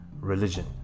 religion